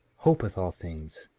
hopeth all things,